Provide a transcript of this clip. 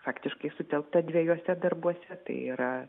faktiškai sutelkta dviejuose darbuose tai yra